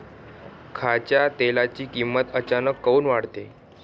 खाच्या तेलाची किमत अचानक काऊन वाढते?